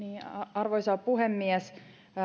arvoisa puhemies